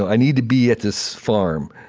i need to be at this farm.